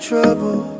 Trouble